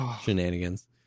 shenanigans